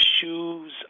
shoes